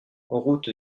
route